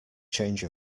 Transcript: change